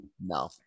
no